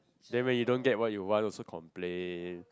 then when you don't get what you want also complain